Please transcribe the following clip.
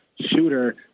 shooter